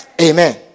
Amen